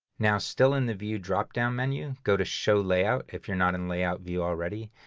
now, still in the view drop-down menu, go to show layout, if you're not in layout view already,